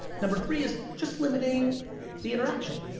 number three is just limiting the interaction.